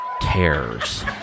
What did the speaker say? tears